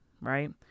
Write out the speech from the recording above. Right